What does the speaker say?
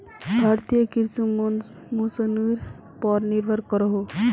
भारतीय कृषि मोंसूनेर पोर निर्भर करोहो